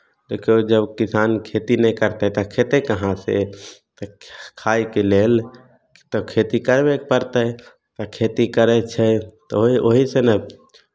देखियौ जब किसान खेती नहि करतै तऽ खयतै कहाँसँ खायके लेल तऽ खेती करबेके पड़तै खेती करै छै तऽ ओहि ओहिसँ ने